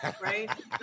right